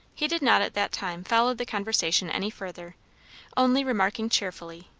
he did not at that time follow the conversation any further only remarking cheerfully,